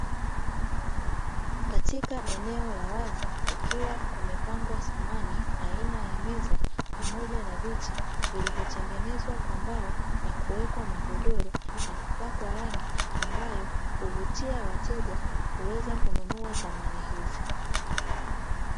Katika eneo la wazi kukiwa kumepangwa samani aina ya meza pamoja na viti vilivyotengenezwa kwa mbao na kuwekwa magodoro na kupakwa rangi ambayo huvutia wateja kuweza kununua samani hizi.